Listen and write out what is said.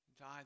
Die